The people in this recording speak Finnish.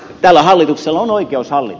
tällä hallituksella on oikeus hallita